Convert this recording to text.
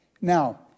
Now